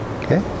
Okay